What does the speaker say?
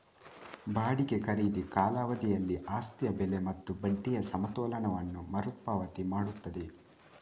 ಬಾಡಿಗೆ ಖರೀದಿ ಕಾಲಾವಧಿಯಲ್ಲಿ ಆಸ್ತಿಯ ಬೆಲೆ ಮತ್ತು ಬಡ್ಡಿಯ ಸಮತೋಲನವನ್ನು ಮರು ಪಾವತಿ ಮಾಡುತ್ತದೆ